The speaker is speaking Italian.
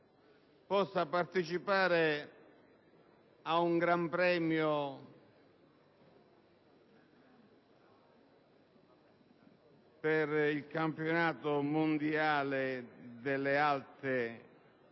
possa partecipare ad un gran premio per il campionato mondiale delle altre